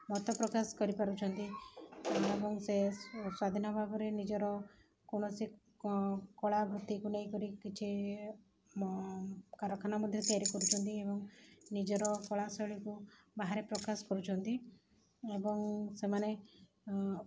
ମତ ପ୍ରକାଶ କରିପାରୁଛନ୍ତି ଏବଂ ସେ ସ୍ଵାଧୀନ ଭାବରେ ନିଜର କୌଣସି କଳା ବୃତ୍ତିକୁ ନେଇକରି କିଛି କାରଖାନା ମଧ୍ୟ ତିଆରି କରୁଛନ୍ତି ଏବଂ ନିଜର କଳା ଶୈଳୀକୁ ବାହାରେ ପ୍ରକାଶ କରୁଛନ୍ତି ଏବଂ ସେମାନେ